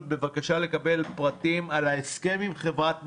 בבקשה לקבל פרטים על ההסכם עם חברת מודרנה.